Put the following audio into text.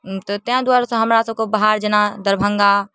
तेँ दुआरेसँ हमरासबके बाहर जेना दरभङ्गा